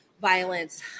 violence